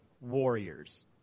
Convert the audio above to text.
warriors